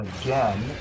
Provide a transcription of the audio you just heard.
again